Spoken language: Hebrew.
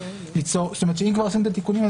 אם כבר עושים את התיקונים,